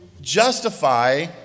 justify